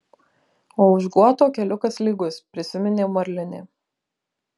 o už guoto keliukas lygus prisiminė marlinė